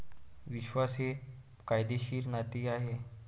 विश्वास हे कायदेशीर नाते आहे